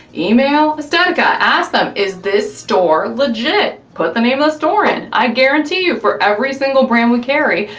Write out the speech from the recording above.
email estetica, ask them, is this store legit? put the name of the store in. i guarantee you for every single brand we carry,